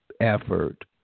effort